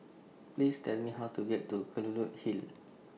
Please Tell Me How to get to Kelulut Hill